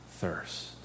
thirst